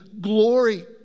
glory